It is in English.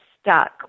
stuck